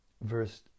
verse